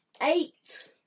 Eight